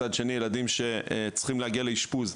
מצד שני ילדים שצריכים להגיע לאשפוז,